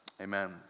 amen